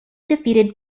defeated